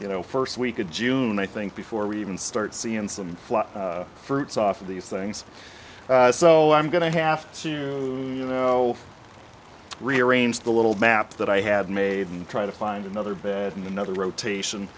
you know first week of june i think before we even start seeing some fruits off of these things so i'm going to have soon you know rearrange the little map that i had made and try to find another bed in the rotation